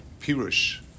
Pirush